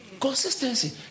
Consistency